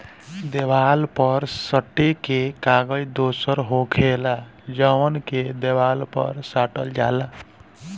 देवाल पर सटे के कागज दोसर होखेला जवन के देवाल पर साटल जाला